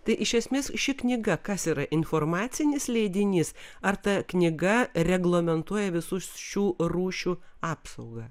tai iš esmės ši knyga kas yra informacinis leidinys ar ta knyga reglamentuoja visų šių rūšių apsaugą